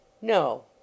No